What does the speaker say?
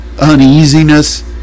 uneasiness